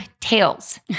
tails